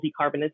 decarbonization